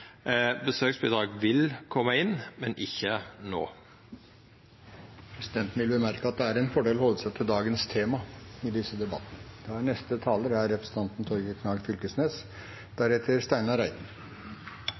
men ikkje no. Presidenten vil bemerke at det er en fordel å holde seg til dagens tema i disse debattene. Eg opplever at SV er